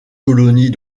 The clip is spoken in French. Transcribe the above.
colonies